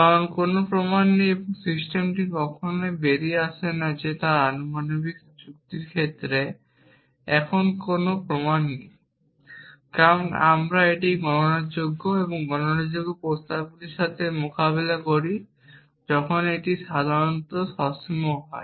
কারণ কোন প্রমাণ নেই এবং সিস্টেমটি আমার কখনই বেরিয়ে আসে না যে আনুপাতিক যুক্তির ক্ষেত্রে এখন কোন প্রমাণ নেই কারণ আমরা কেবলমাত্র একটি গণনাযোগ্য গণনাযোগ্য প্রস্তাবগুলির সাথে মোকাবিলা করি যখন এটি সাধারণত সসীম হয়